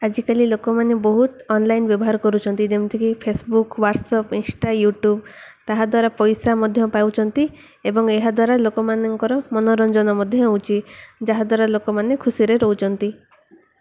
ଆଜିକାଲି ଲୋକମାନେ ବହୁତ ଅନଲାଇନ୍ ବ୍ୟବହାର କରୁଛନ୍ତି ଯେମିତିକି ଫେସବୁକ୍ ହ୍ୱାଟ୍ସଅପ୍ ଇନଷ୍ଟା ୟୁଟ୍ୟୁବ୍ ତାହା ଦ୍ୱାରା ପଇସା ମଧ୍ୟ ପାଉଛନ୍ତି ଏବଂ ଏହାଦ୍ୱାରା ଲୋକମାନଙ୍କର ମନୋରଞ୍ଜନ ମଧ୍ୟ ହେଉଛି ଯାହାଦ୍ୱାରା ଲୋକମାନେ ଖୁସିରେ ରହୁଛନ୍ତି